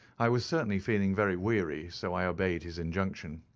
i was certainly feeling very weary, so i obeyed his injunction.